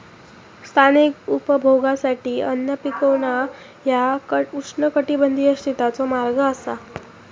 स्थानिक उपभोगासाठी अन्न पिकवणा ह्या उष्णकटिबंधीय शेतीचो भाग असा